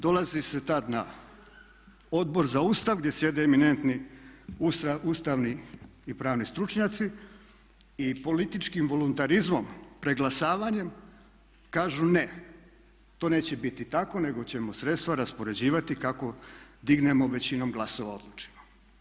Dolazi se tada na Odbor za Ustav gdje sjede eminentni ustavni i pravni stručnjaci i političkim voluntarizmom, preglasavanjem kažu ne to neće biti tako nego ćemo sredstva raspoređivati kako dignemo, većinom glasova odlučimo.